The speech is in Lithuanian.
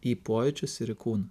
į pojūčius ir į kūną